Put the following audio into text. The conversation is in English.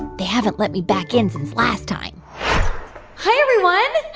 they haven't let me back in since last time hi, everyone.